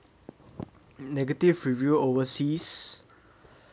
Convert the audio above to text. negative review overseas